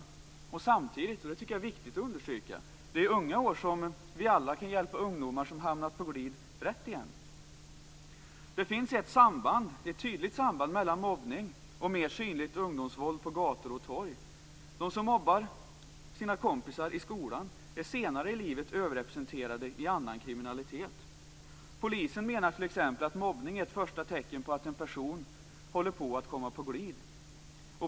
Jag tycker samtidigt att det är viktigt att understryka att det skede när vi alla kan hjälpa ungdomar som har hamnat på glid rätt igen är medan de är unga. Det finns ett tydligt samband mellan mobbning och mer synligt ungdomsvåld på gator och torg. De som mobbar sina kompisar i skolan är senare i livet överrepresenterade i annan kriminalitet. Polisen menar t.ex. att mobbning är ett första tecken på att en person håller på att komma på glid.